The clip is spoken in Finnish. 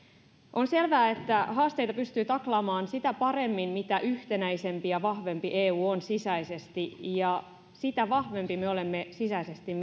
on selvää että haasteita pystyy taklaamaan sitä paremmin mitä yhtenäisempi ja vahvempi eu on sisäisesti ja sitä vahvempi me olemme sisäisesti